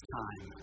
time